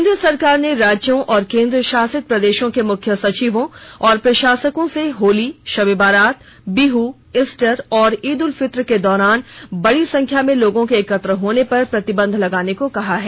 केन्द्र सरकार ने राज्यों और केन्द्र शासित प्रदेशों के मुख्य सचिवों और प्रशासकों से होली शब ए बारात बिह ईस्टर और ईद उल फित्र के दौरान बड़ी संख्या में लोगों के एकत्र होने पर प्रतिबंध लगाने को कहा है